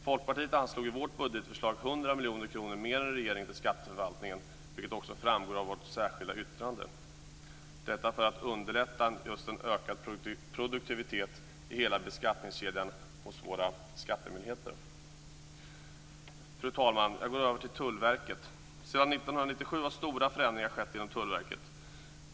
Vi anslog i vårt budgetförslag från Folkpartiet 100 miljoner kronor mer än regeringen till skatteförvaltningen, vilket också framgår av vårt särskilda yttrande - detta för att underlätta en ökad produktivitet i hela beskattningskedjan hos våra skattemyndigheter. Fru talman! Jag går nu över till Tullverket. Sedan 1997 har stora förändringar skett inom Tullverket.